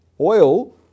Oil